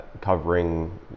covering